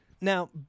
Now